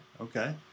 Okay